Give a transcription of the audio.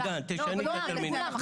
בכלל לכולם.